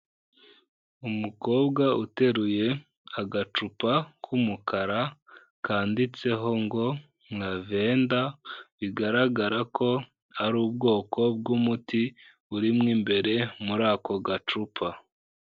Umukobwa uteruye agacupa k'umukara kandiditseho ngo Lavenda, bigaragara ko ari ubwoko bw'umuti burimo imbere muri ako gacupa.